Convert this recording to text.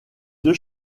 deux